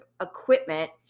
equipment